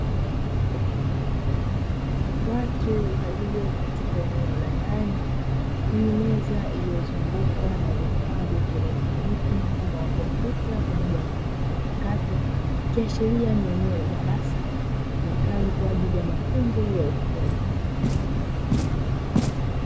Watu walio katika eneo la ndani lenye meza iliyozungukwa na vifaa vya kielektroniki mfano wa kompyuta pamoja na kompyuta mpakato, ikiashiria ni eneo la darasa litumikalo kwa ajili ya mafunzo ya ufundi.